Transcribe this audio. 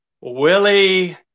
Willie